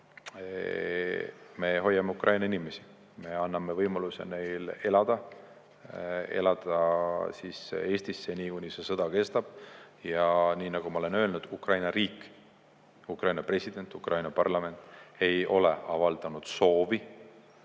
me hoiame Ukraina inimesi, me anname võimaluse neil elada Eestis seni, kuni see sõda kestab. Nii nagu ma olen öelnud, Ukraina riik, Ukraina president, Ukraina parlament ei ole avaldanud soovi